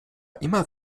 immer